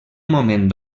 moment